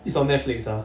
it's on netflix ah